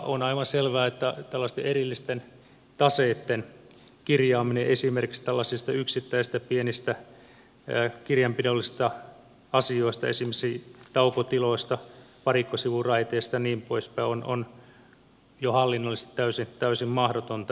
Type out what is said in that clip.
on aivan selvää että tällaisten erillisten taseitten kirjaaminen esimerkiksi tällaisista yksittäisistä pienistä kirjanpidollisista asioista esimerkiksi taukotiloista varikkosivuraiteista ja niin poispäin on jo hallinnollisesti täysin mahdotonta